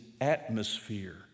atmosphere